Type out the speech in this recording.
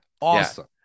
Awesome